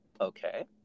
Okay